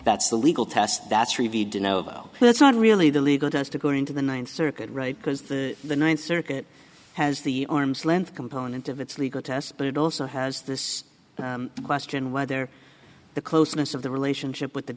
that's the legal test that's reviewed you know it's not really the legal does to go into the ninth circuit right because the the ninth circuit has the arm's length component of its legal test but it also has this question whether the closeness of the relationship with the